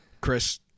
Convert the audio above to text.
Chris